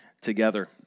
together